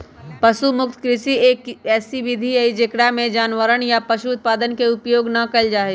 पशु मुक्त कृषि, एक ऐसी विधि हई जेकरा में जानवरवन या पशु उत्पादन के उपयोग ना कइल जाहई